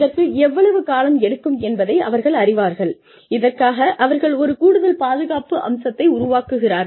இதற்கு எவ்வளவு காலம் எடுக்கும் என்பதை அவர்கள் அறிவார்கள் இதற்காக அவர்கள் ஒரு கூடுதல் பாதுகாப்பு அம்சத்தை உருவாக்குகிறார்கள்